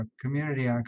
community